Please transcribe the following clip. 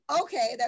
okay